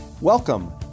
Welcome